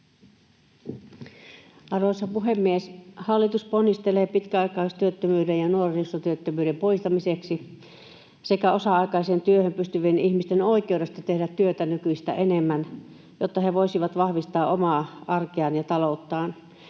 Arvoisa puhemies! Hallitus ponnistelee pitkäaikaistyöttömyyden ja nuorisotyöttömyyden poistamiseksi sekä osa-aikaiseen työhön pystyvien ihmisten oikeudesta tehdä työtä nykyistä enemmän, jotta he voisivat vahvistaa omaa arkeaan ja talouttaan.